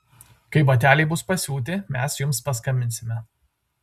kai bateliai bus pasiūti mes jums paskambinsime